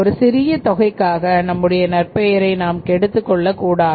ஒரு சிறிய தொகைக்காக நம்முடைய நற்பெயரை நாம் கெடுத்துக் கொள்ளக் கூடாது